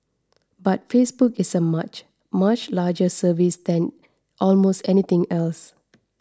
but Facebook is a much much larger service than almost anything else